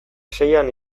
seian